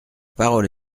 parole